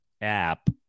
app